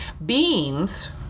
Beans